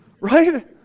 Right